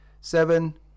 Seven